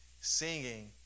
singing